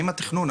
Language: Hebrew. האם התכנון,